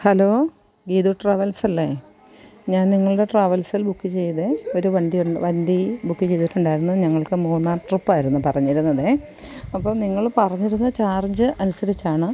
hello Geethu ട്രാവൽസല്ലേ ഞാൻ നിങ്ങളുടെ ട്രാവൽസിൽ ബുക്ക് ചെയ്ത് ഒരു വണ്ടി വണ്ടി ബുക്ക് ചെയ്തിട്ടുണ്ടായിരുന്നു ഞങ്ങൾക്ക് മൂന്നാർ ട്രിപ്പായിരുന്നു പറഞ്ഞിരുന്നത് അപ്പോൾ നിങ്ങൾ പറഞ്ഞിരുന്ന ചാർജ് അനുസരിച്ചാണ്